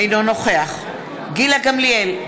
אינו נוכח גילה גמליאל,